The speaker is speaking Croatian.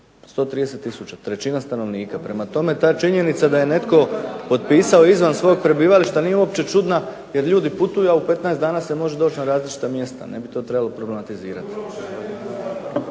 130 tisuća, trećina stanovnika. Prema tome, ta činjenica da ne netko potpisao izvan svog prebivališta nije uopće čudna jer ljudi putuju, a u 15 dana se može doći u različita mjesta, ne bi to trebalo problematizirati.